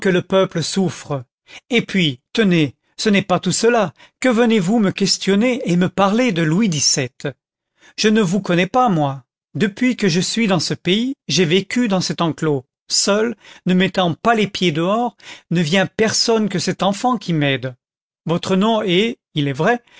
le peuple souffre et puis tenez ce n'est pas tout cela que venez-vous me questionner et me parler de louis xvii je ne vous connais pas moi depuis que je suis dans ce pays j'ai vécu dans cet enclos seul ne mettant pas les pieds dehors ne vient personne que cet enfant qui m'aide votre nom est il est vrai